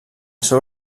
seu